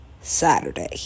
Saturday